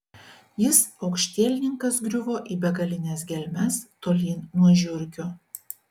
jis aukštielninkas griuvo į begalines gelmes tolyn nuo žiurkių